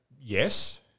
yes